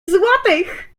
złotych